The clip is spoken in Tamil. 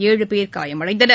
ஏழு பேர் காயமடைந்தனர்